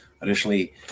Additionally